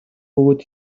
бөгөөд